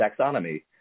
taxonomy